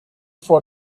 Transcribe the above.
for